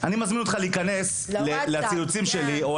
אני מזמין אותך להיכנס לציוצים שלי,